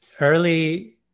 early